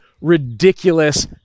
ridiculous